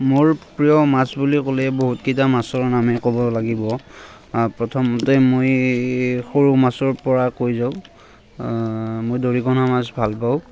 মোৰ প্ৰিয় মাছ বুলি ক'লে বহুতকিটা মাছৰ নামেই ক'ব লাগিব অঁ প্ৰথমতে মই সৰু মাছৰ পৰা কৈ যাওঁ মই দৰিকনা মাছ ভাল পাওঁ